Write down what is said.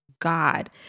God